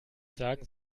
sagen